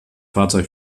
fahrzeug